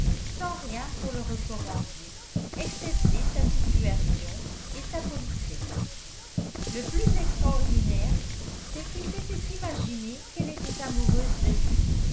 sans rien pour le recommander excepté sa situation et sa politesse le plus extraordinaire c'est qu'il s'était imaginé qu'elle était amoureuse de lui